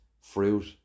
fruit